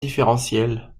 différentielle